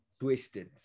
twisted